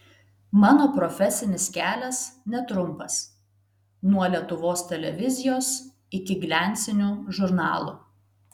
mano profesinis kelias netrumpas nuo lietuvos televizijos iki gliancinių žurnalų